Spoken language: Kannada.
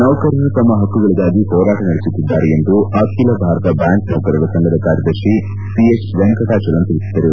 ನೌಕರರು ತಮ್ನ ಹಕ್ಕುಗಳಗಾಗಿ ಹೋರಾಟ ನಡೆಸುತ್ತಿದ್ದಾರೆ ಎಂದು ಅಖಿಲ ಭಾರತ ಬ್ಣಾಂಕ್ ನೌಕಕರ ಸಂಘದ ಕಾರ್ಯದರ್ಶಿ ಸಿಹೆಚ್ ವೆಂಕಟಚಾಲಂ ತಿಳಿಸಿದರು